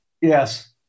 Yes